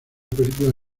película